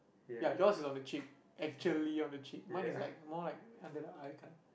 ya yours is on the cheek actually on the cheek mine is like more like under the eye kind